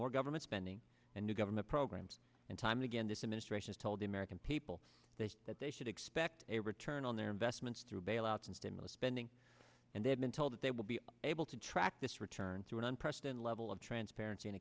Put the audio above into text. more government spending and government programs and time again this administration's told the american people they say that they should expect a return on their investments through bailouts and stimulus spending and they have been told that they will be able to track this return to an unprecedented level of transparency and